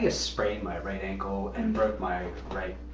ah sprained my right ankle, and broke my right